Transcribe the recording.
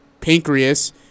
pancreas